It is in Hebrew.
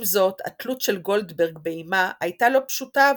עם זאת התלות של גולדברג באימה הייתה לא פשוטה עבורה.